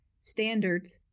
standards